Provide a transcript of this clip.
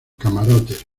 camarotes